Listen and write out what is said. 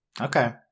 Okay